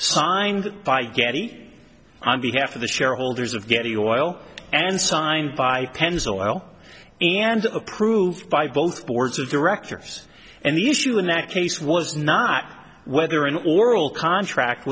signed by getty on behalf of the shareholders of getting oil and signed by pennzoil and approved by both boards of directors and the issue in that case was not whether an oral contract